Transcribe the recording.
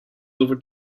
over